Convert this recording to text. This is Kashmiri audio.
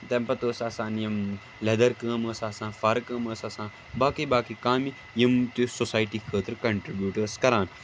تَمہِ پَتہٕ ٲسۍ آسان یِم لیٚدٕر کٲم ٲس آسان فر کٲم ٲس آسان باقٕے باقٕے کامہِ یِم تہِ سوسایٹی خٲطرٕ کَنٹٕربیٛوٗٹ ٲسۍ کران